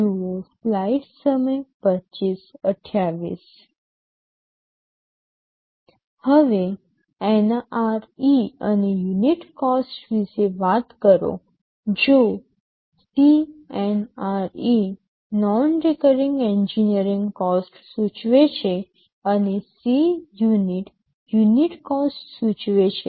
હવે NRE અને unit cost વિશે વાત કરો જો CNRE non recurring engineering cost સૂચવે છે અને Cunit યુનિટ કોસ્ટ સૂચવે છે